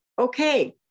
Okay